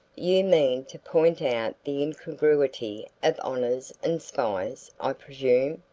you mean to point out the incongruity of honors and spies, i presume,